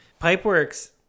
Pipeworks